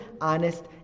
honest